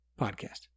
podcast